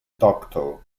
doctor